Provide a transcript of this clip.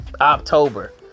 October